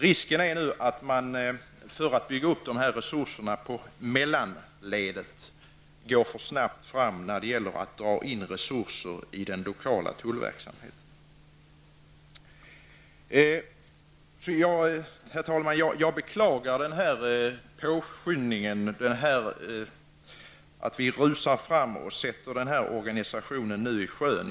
Risken är att man för att bygga upp dessa resurser inom mellanledet går för snabbt fram med att dra in resurser i den lokala tullverksamheten. Herr talman! Jag beklagar att vi skyndar på detta sätt, att vi rusar fram och nu sätter den här organisationen i sjön.